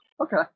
Okay